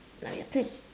now your turn